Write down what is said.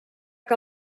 que